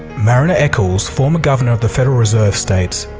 marriner eccles, former governor of the federal reserve states